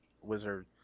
Wizard